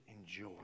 enjoy